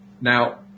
Now